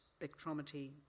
spectrometry